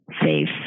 safe